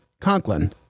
Conklin